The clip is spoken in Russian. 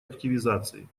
активизации